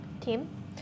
team